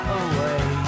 away